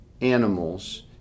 animals